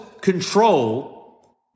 control